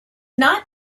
not